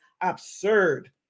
absurd